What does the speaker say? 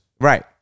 Right